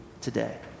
today